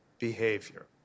behavior